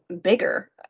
bigger